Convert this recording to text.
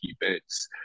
events